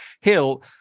Hill